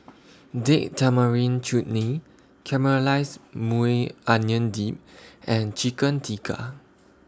Date Tamarind Chutney Caramelized Maui Onion Dip and Chicken Tikka